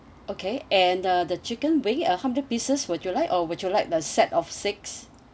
okay and uh the chicken wing uh how many pieces would you like or would you like the set of six